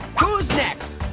who's next?